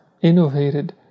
innovated